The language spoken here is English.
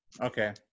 Okay